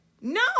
no